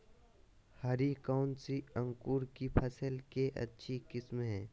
हरी कौन सी अंकुर की फसल के अच्छी किस्म है?